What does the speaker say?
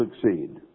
succeed